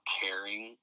caring